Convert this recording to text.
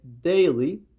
daily